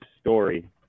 Story